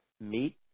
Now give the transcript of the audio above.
meet